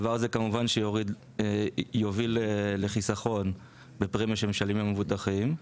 הדבר הזה כמובן שיוביל לחיסכון בפרמיה שמשלמים המבוטחים.